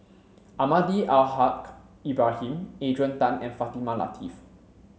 Almahdi Al Haj Ibrahim Adrian Tan and Fatimah Lateef